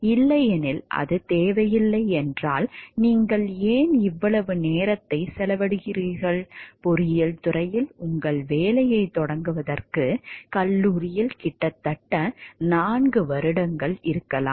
இல்லையெனில் அது தேவையில்லை என்றால் நீங்கள் ஏன் இவ்வளவு நேரத்தை செலவிடுகிறீர்கள் பொறியியல் துறையில் உங்கள் வேலையைத் தொடங்குவதற்கு கல்லூரியில் கிட்டத்தட்ட நான்கு வருடங்கள் இருக்கலாம்